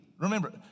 remember